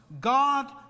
God